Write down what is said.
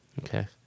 Okay